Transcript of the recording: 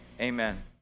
amen